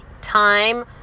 time